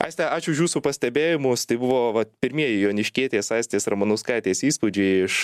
aiste ačiū už jūsų pastebėjimus tai buvo vat pirmieji joniškietės aistės ramanauskaitės įspūdžiai iš